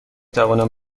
توانم